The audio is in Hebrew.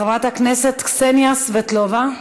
חברת הכנסת קסניה סבטלובה,